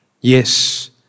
Yes